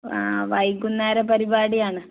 ആ വൈകുന്നേരം പരിപാടിയാണ്